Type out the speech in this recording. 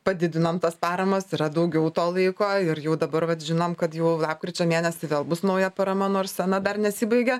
padidinom tas paramas yra daugiau to laiko ir jau dabar vat žinom kad jau lapkričio mėnesį vėl bus nauja parama nors sena dar nesibaigė